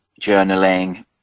journaling